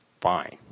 fine